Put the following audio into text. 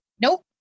Nope